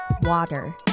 water